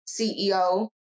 CEO